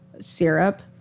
syrup